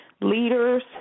leaders